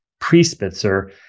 pre-Spitzer